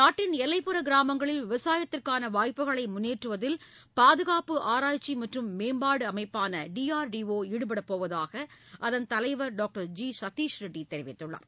நாட்டின் எல்லைப்புற கிராமங்களில் விவசாயத்திற்கான் வாய்ப்புகளை முன்னேற்றுவதில் பாதுகாப்பு ஆராய்ச்சி மற்றும் மேம்பாட்டு அமைப்பான டிஆர்டிஓ ஈடுபடப் போவதாக அதன் தலைவர் டாக்டர் ஜிகத்திஷ் ரெட்டி தெரிவித்துள்ளார்